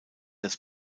das